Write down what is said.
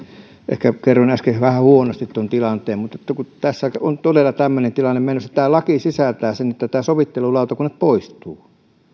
ehkä kerroin äsken vähän huonosti tuon tilanteen mutta tässä on todella tämmöinen tilanne menossa tämä laki sisältää sen että nämä sovittelulautakunnat poistuvat ne